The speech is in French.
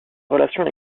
relations